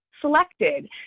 selected